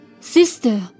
Sister